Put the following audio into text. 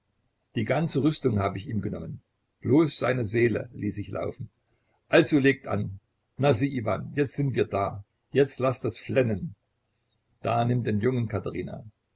die ganze rüstung hab ich ihm genommen bloß seine seele ließ ich laufen also legt an na sieh iwan jetzt sind wir da jetzt laß das flennen da nimm den jungen katherina